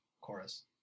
chorus